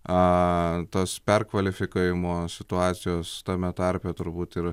a tas perkvalifikavimo situacijos tame tarpe turbūt ir